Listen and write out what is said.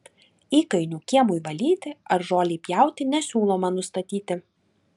įkainių kiemui valyti ar žolei pjauti nesiūloma nustatyti